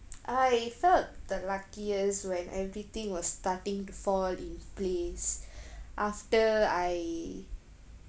I felt the luckiest when everything was starting to fall in place after I